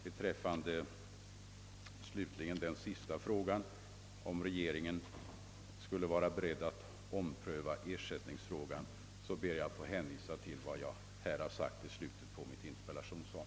Beträffande herr Hedins sista fråga, om regeringen är beredd att ompröva ersättningsfrågan, ber jag att få hänvisa till vad jag sade i slutet av mitt interpellationssvar.